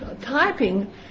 typing